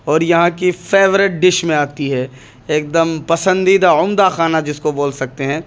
اور یہاں کی فیوریٹ ڈش میں آتی ہے ایک دم پسندیدہ عمدہ کھانا جس کو بول سکتے ہیں